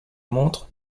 montre